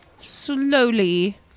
slowly